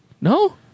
No